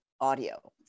audio